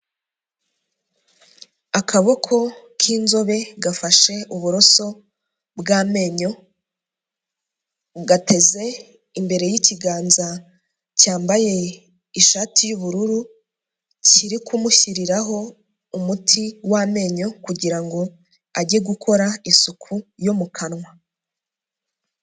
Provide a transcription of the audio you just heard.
Akaboko k'inzobe gafashe uburoso bw'amenyo, gateze imbere y'ikiganza cyambaye ishati y'ubururu, kiri kumushyiriraho umuti w'amenyo kugira ngo ajye gukora isuku yo mu kanwa.